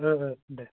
दे